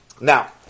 Now